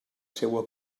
seua